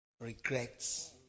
regrets